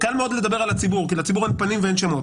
קל מאוד לדבר על הציבור כי לציבור אין פנים ואין שמות,